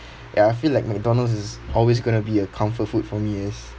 ya I feel like McDonald's is always going to be a comfort food for me as